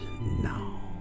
now